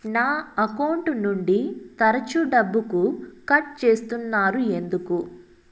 నా అకౌంట్ నుండి తరచు డబ్బుకు కట్ సేస్తున్నారు ఎందుకు